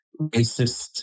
racist